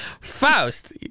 faust